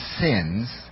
sins